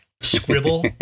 Scribble